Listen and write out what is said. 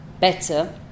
better